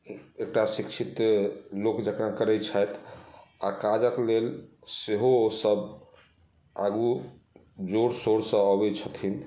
एकटा शिक्षित लोक जकरा करै छथि आ काजक लेल सेहो सब आगू जोर शोरसँ अबै छथिन